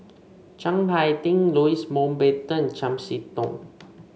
Chiang Hai Ding Louis Mountbatten Chiam See Tong